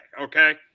Okay